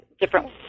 different